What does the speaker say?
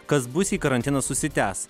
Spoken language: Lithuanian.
kas bus jei karantinas užsitęs